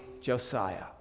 Josiah